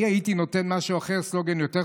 אני הייתי נותן משהו אחר, סלוגן יותר חזק,